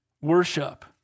worship